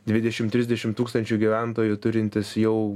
dvidešim trisdešim tūkstančių gyventojų turintis jau